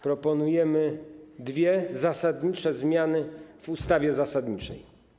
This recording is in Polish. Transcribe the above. Proponujemy dwie zasadnicze zmiany w ustawie zasadniczej.